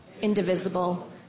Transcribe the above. indivisible